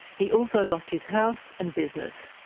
he also lost his house and business.